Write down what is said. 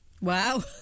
Wow